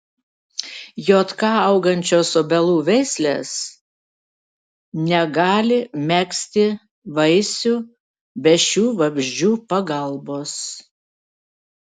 jk augančios obelų veislės negali megzti vaisių be šių vabzdžių pagalbos